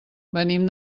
venim